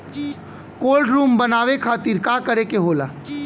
Cold room बनावे खातिर का करे के होला?